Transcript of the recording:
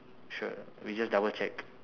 sure we just double check